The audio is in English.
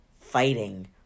fighting